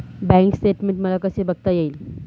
Bank statement मला कसे बघता येईल?